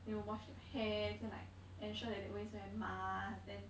you know wash their hands and like ensure that they always wear mask then